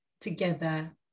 together